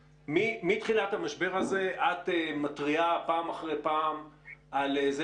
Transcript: מתחילת המשבר הזה את מתריעה פעם אחרי פעם על זה